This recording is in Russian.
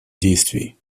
действий